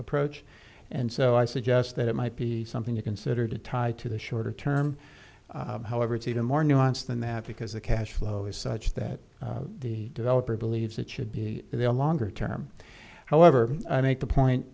approach and so i suggest that it might be something you consider to tie to the shorter term however it's even more nuanced than that because the cash flow is such that the developer believes it should be a longer term however i make the point